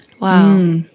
Wow